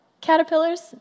Caterpillars